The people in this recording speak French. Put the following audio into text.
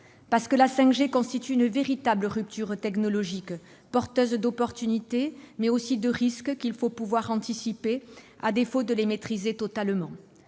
Parce que la 5G constitue une véritable rupture technologique, porteuse d'opportunités, mais aussi de risques qu'il faut pouvoir anticiper, à défaut de les maîtriser totalement.